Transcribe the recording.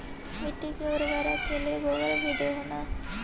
मिट्टी के उर्बरक के लिये गोबर भी दे हो न?